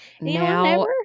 Now